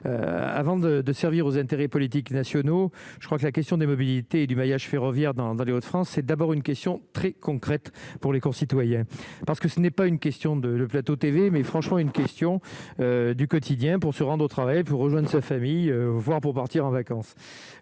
avant de servir aux intérêts politiques nationaux, je crois que la question des mobilités du maillage ferroviaire dans Valéo de France, c'est d'abord une question très concrète pour les concitoyens parce que ce n'est pas une question de le plateau TV mais franchement à une question du quotidien pour se rendre au travail vous rejoigne sa famille, voire pour partir en vacances,